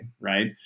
right